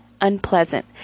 unpleasant